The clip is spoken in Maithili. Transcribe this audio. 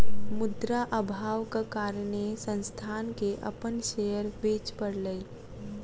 मुद्रा अभावक कारणेँ संस्थान के अपन शेयर बेच पड़लै